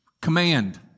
Command